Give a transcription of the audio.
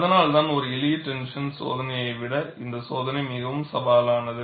அதனால்தான் ஒரு எளிய டென்ஷன் சோதனையை விட இந்த சோதனை மிகவும் சவாலானது